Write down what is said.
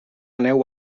neu